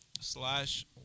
slash